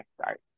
start